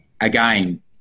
again